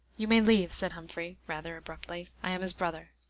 you may leave, said humphrey, rather abruptly i am his brother.